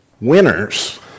Winners